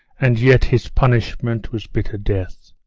and yet his punishment was bitter death.